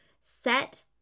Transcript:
set